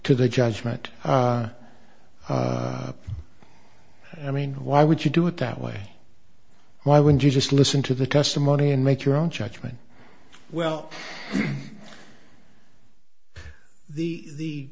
to the judgment i mean why would you do it that way why would you just listen to the testimony and make your own judgment well the t